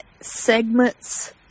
segments